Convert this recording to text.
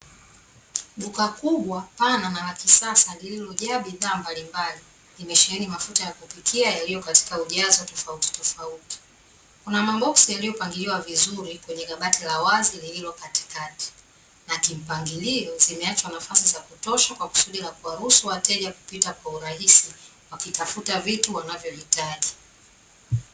Duka kubwa, pana na la kisasa lililojaa bidhaa mbalimbali. Limesheheni mafuta ya kupikia yaliyo katika ujazo tofauto tofauti. Kuna maboksi yaliyopangiliwa vizuri, kwenye kabati la wazi lililo katikati. Na kimpangilio zimeachwa nafasi za kutosha, kwa kusudi la kuwaruhusu wateja kupita kwa urahisi wakitafuta vitu wanavyohitaji.